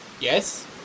Yes